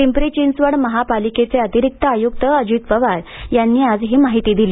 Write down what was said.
पिंपरी चिंचवड महापालिकेचे अतिरिक्त आयुक्त अजित पवार यांनी आज ही माहिती दिली